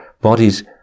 bodies